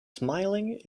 smiling